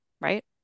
right